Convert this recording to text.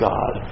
God